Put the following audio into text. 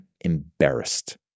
embarrassed